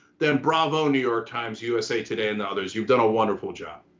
then bravo, new york times, usa today and the others, you've done a wonderful job.